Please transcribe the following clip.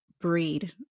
breed